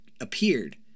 appeared